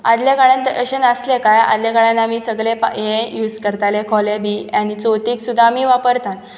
आदल्या काळान अशें नासले काय आदल्या काळान आमी सगळें ये यूज करताले खोले बी आनी चवथीक सुद्दां आमी वापरतात